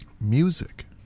Music